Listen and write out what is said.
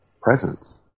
presence